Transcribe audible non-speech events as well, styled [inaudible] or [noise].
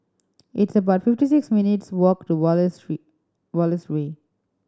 it's about fifty six minutes' walk to Wallace [unintelligible] Wallace Way